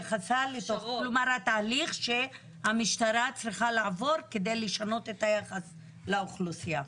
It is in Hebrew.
כלומר התהליך שהמשטרה צריכה לעבור כדי לשנות את היחס לאוכלוסייה.